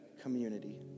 community